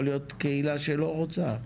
יכול להיות קהילה שלא רוצה.